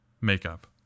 makeup